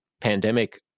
pandemic